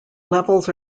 levels